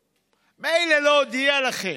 מילא, לא הודיע לכם.